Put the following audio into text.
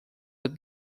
with